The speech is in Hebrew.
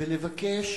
ולבקש